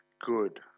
good